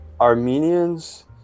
Armenians